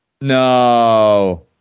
No